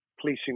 policing